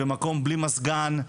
במקום בלי מזגן,